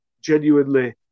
Genuinely